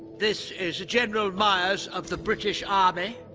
this is general myers of the british army.